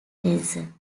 denson